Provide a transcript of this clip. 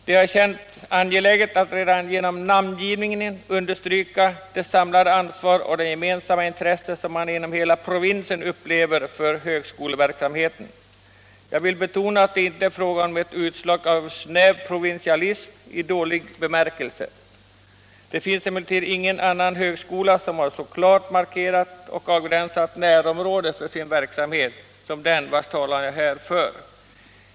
Det har känts angeläget att redan genom namngivningen understryka det samlade ansvar och det gemensamma intresse man inom hela provinsen känner för högskoleverksamheten. Jag vill betona att det inte är fråga om ett utslag av snäv provinsialism i dålig bemärkelse. Det finns emellertid ingen annan högskola som har ett så klart markerat och avgränsbart närområde för sin verksamhet som den vars talan jag här för.